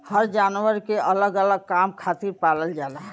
हर जानवर के अलग अलग काम खातिर पालल जाला